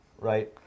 right